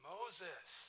Moses